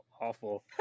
awful